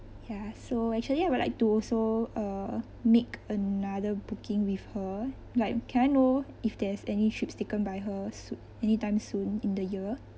ya so actually I would like to also uh make another booking with her like can I know if there is any trips taken by her soon anytime soon in the year